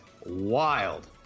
wild